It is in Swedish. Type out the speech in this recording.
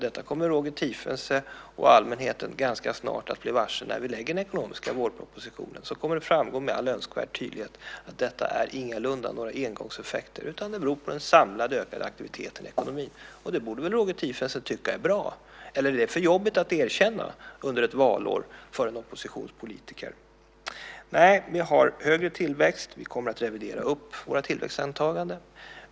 Detta kommer Roger Tiefensee och allmänheten ganska snart att bli varse när vi lägger den ekonomiska vårpropositionen. Då kommer det att framgå med all önskvärd tydlighet att detta ingalunda är några engångseffekter, utan det beror på den samlade ökade aktiviteten i ekonomin. Det borde väl Roger Tiefensee tycka är bra? Eller är det för jobbigt att erkänna det under ett valår för en oppositionspolitiker? Nej, vi har högre tillväxt. Vi kommer att revidera upp våra tillväxtantaganden.